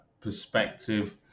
perspective